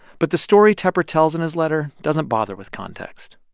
but the story tepper tells in his letter doesn't bother with context